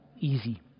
easy